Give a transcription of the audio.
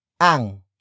Ang